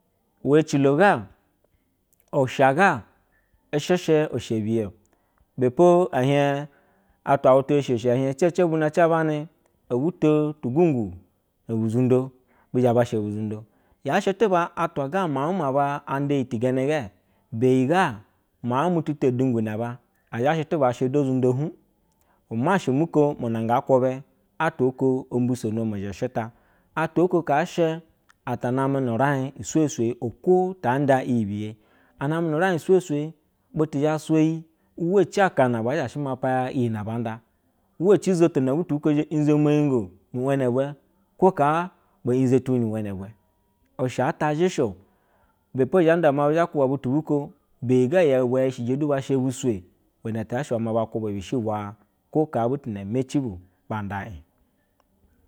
Iweecilo ga, usha ga ushesheusha biye o, ibe po e hiej atwa wutu o sho ushi e hiej cevewuna cabane, obu to tugwungwu no bu zundo, be zhe ba sha buzundo yaa she tuba atwo ga miauj ma aba nda iyi ti genegɛ beyi ga miauj mu tu to udengwu na aba a zha she tu ba a sha du ozundo hj? Umasha mu ko muna ngaa kwube atwa oko o mbisono me zhe she ta atwa oko kaa she ata namɛ nu uraij isweswee okwo ta nda iyi ibiye. Aname nuuiraj isweswɛ butu zhaswa iyi uvwa ici akana baa zaa she mapa ya iyi ne baa nsa, uwa ci uzoto na butu bu ko zhe ijzo meyingo ni wene bwe usha ata zhe shɛ o. Ibɛ po zhe nda iwɛ maa be zhe kwuba butu bu ko, beyi ya ƴu bwɛ yɛ ishije du ba sha busure. Iwɛŋ ti yaa she iwe maa ba kwuba bishi bwa kwo butu na meci bu ba ndo ij.